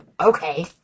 okay